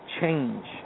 change